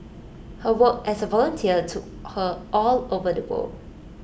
her work as A volunteer took her all over the world